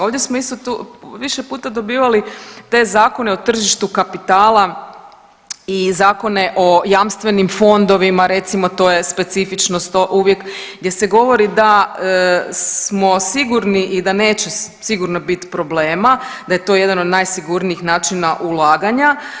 Ovdje smo isto tu više puta dobivali te Zakone o tržištu kapitala i Zakone o jamstvenim fondovima, recimo to je specifičnost, to uvijek gdje se govori da smo sigurni i da neće sigurno bit problema, da je to jedan od najsigurnijih načina ulaganja.